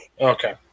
Okay